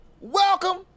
Welcome